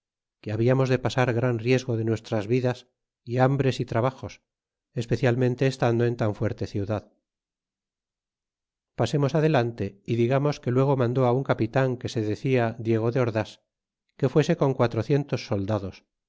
que hablamos de pasar gran riesgo de nuestras vidas y hambres y trabajos especialmente estando en tan fuerte ciudad pasemos adelante y digamos que luego mandó un capitan que se decia diego de ordas que fuese con quatrocientos soldados